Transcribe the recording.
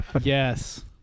Yes